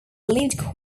lived